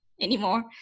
anymore